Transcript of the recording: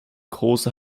große